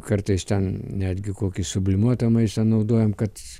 kartais ten netgi kokį sublimuotą maistą naudojam kad